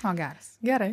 o geras gerai